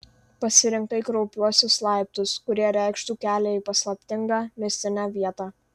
pasirinkai kraupiuosius laiptus kurie reikštų kelią į paslaptingą mistinę vietą